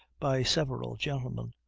by several gentlemen,